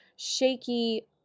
shaky